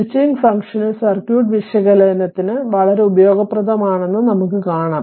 switching ഫംഗ്ഷന് circuit വിശകലനത്തിന് വളരെ ഉപയോഗപ്രദവുമാണെന്ന് നമുക്ക് കാണാം